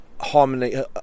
Harmony